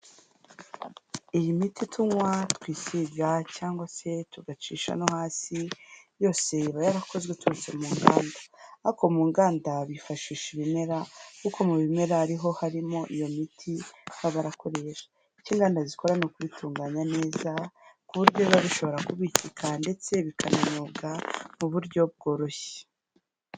Iyi miti tunywa, twisiga cyangwa se tugacisha no hasi, yose iba yarakozwe iturutse mu nganda. Ariko mu nganda bifashisha ibimera kuko mu bimera ari ho harimo iyo miti baba barakoresha. Icyo inganda zikora ni ukubitunganya neza ku buryo biba bishobora kubikika ndetse bikananyobwa mu buryo bworoshye.